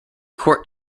court